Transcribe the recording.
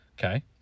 okay